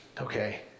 Okay